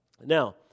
Now